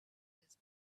his